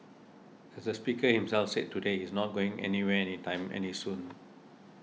as the speaker himself said today he's not going anywhere any time any soon